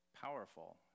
powerful